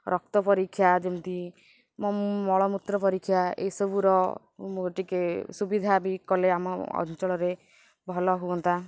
ରକ୍ତ ପରୀକ୍ଷା ଯେମିତି ମଳମୂତ୍ର ପରୀକ୍ଷା ଏସବୁର ଟିକେ ସୁବିଧା ବି କଲେ ଆମ ଅଞ୍ଚଳରେ ଭଲ ହୁଅନ୍ତା